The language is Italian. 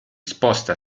sposta